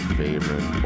favorite